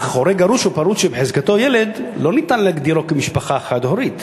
אך הורה גרוש או פרוד שבחזקתו ילד לא ניתן להגדירו כמשפחה חד-הורית,